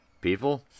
people